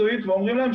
משום מה,